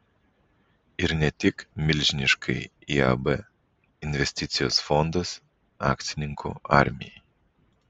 ir ne tik milžiniškai iab investicijos fondas akcininkų armijai